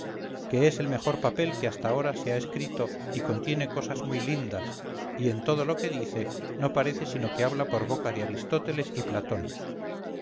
que es el mejor papel que hasta ahora se ha escrito y contiene cosas muy lindas y en todo lo que dice no parece sino que habla por boca de aristóteles y platón